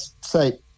say